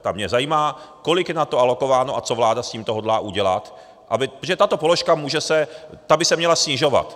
Tak mě zajímá, kolik je na to alokováno a co vláda s tímto hodlá udělat, že tato položka může se... ta by se měla snižovat.